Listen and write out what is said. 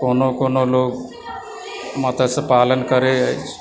कोनो कोनो लोग मत्स्य पालन करय अछि